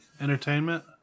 Entertainment